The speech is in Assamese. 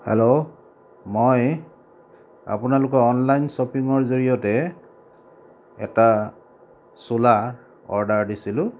হেল্ল' মই আপোনালোকৰ অনলাইন ছপিংৰ জৰিয়তে এটা চোলা অৰ্ডাৰ দিছিলোঁ